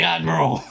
Admiral